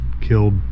killed